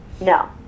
No